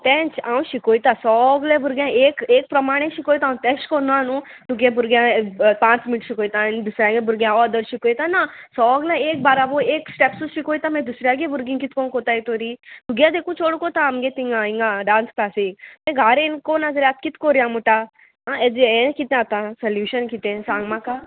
तेंच हांव शिकयता सोगलें भुरगें एक एक प्रमाणें शिकयता हांव तेश कोन्ना न्हू तुगे भुरगें पांच मिनट शिकोयता आनी दुसऱ्यागे भुरग्यां ऑदर शिकयता ना सोगलें एक बाराबो एक स्टेप्सूय शिकयता मागीर दुसऱ्यागे भुरगीं कितको कोत्ताय तरी तुगे तेका चोड कोत्ता आमगे तिंगा हिंगा डांस क्लासीक ते घारेन कोणा जाल्यार आतां कित कोरया म्हुटा आं हेजे हे कितें आतां सोल्युशन कितें सांग म्हाका